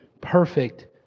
perfect